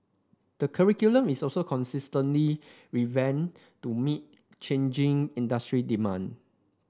the curriculum is also constantly revamped to meet changing industry demand